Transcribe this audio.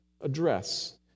address